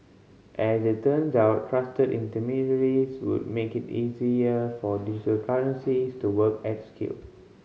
as it turns out trusted intermediaries would make it easier for digital currencies to work at scale